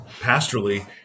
pastorally